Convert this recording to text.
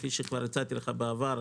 כפי שכבר הצעתי לך בעבר,